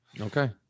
Okay